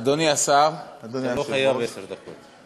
אדוני השר, אתה לא חייב עשר דקות.